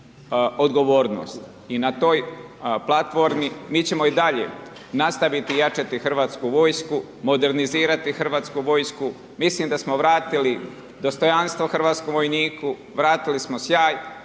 odgovornost i na toj platformi mi ćemo i dalje nastaviti jačati Hrvatsku vojsku, modernizirati Hrvatsku vojsku, mislim da smo vratili dostojanstvo hrvatskom vojniku, vratili smo sjaj